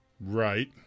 Right